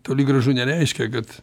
toli gražu nereiškia kad